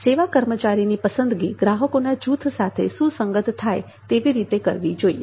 સેવા કર્મચારીની પસંદગી ગ્રાહકોના જૂથ સાથે સુસંગત થાય તેવી રીતે કરવી જોઈએ